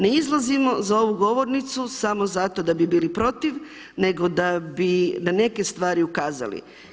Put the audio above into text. Ne izlazimo za ovu govornicu samo zato da bi bili protiv nego da bi na neke stvari ukazali.